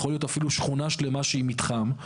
יכול להיות אפילו שכונה שלמה שהיא מתחם.